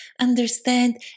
understand